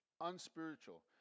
unspiritual